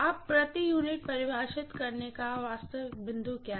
अब प्रति यूनिट परिभाषित करने का वास्तविक बिंदु क्या है